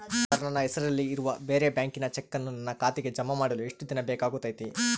Sir ನನ್ನ ಹೆಸರಲ್ಲಿ ಇರುವ ಬೇರೆ ಬ್ಯಾಂಕಿನ ಚೆಕ್ಕನ್ನು ನನ್ನ ಖಾತೆಗೆ ಜಮಾ ಮಾಡಲು ಎಷ್ಟು ದಿನ ಬೇಕಾಗುತೈತಿ?